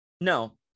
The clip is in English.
No